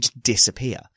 disappear